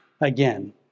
again